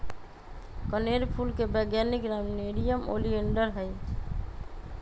कनेर फूल के वैज्ञानिक नाम नेरियम ओलिएंडर हई